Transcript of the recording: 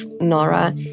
Nora